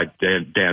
Dan